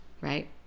right